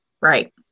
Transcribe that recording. Right